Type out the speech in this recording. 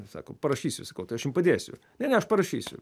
sako parašysiu sakau tai aš jum padėsiu ne ne aš parašysiu